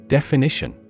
Definition